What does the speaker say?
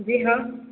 जी हाँ